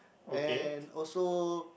and also